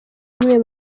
imwe